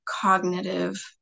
cognitive